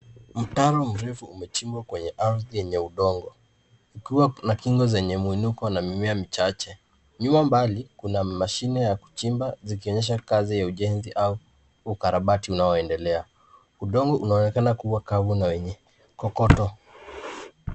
Mtaro mrefu umechibwa kwenye ardhi yenye udongo kukiwa na kingo zenye mwinuko na mimea michache. Nyuma mbali kuna mashine ya kuchimba zikionyesha kazi za ujenzi au ukarabati unaoendelea. Udongo unaonekana kuwa kavu na wenye kokoto.